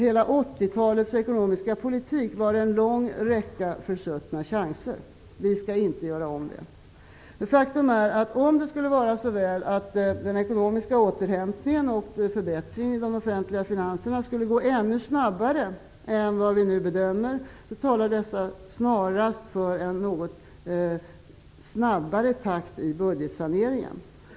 Hela 80-talets ekonomiska politik bestod av en lång räcka försuttna chanser. Vi skall inte göra om det. Faktum är att det, om det skulle vara så väl att den ekonomiska återhämtningen och förbättringen när det gäller de offentliga finanserna skulle gå ännu snabbare än vi nu bedömer, snarast talar för att det skall vara en något snabbare takt i budgetsaneringen.